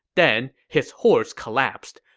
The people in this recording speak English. then, his horse collapsed.